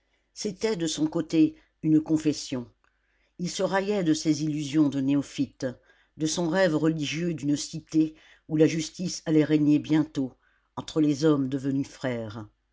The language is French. c'était de son côté une confession il se raillait de ses illusions de néophyte de son rêve religieux d'une cité où la justice allait régner bientôt entre les hommes devenus frères